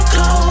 go